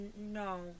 No